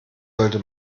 sollte